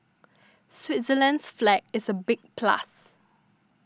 Switzerland's flag is a big plus